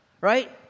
right